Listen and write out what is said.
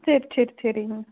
சரி சரி சரி மேம்